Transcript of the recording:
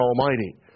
Almighty